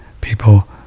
people